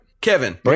Kevin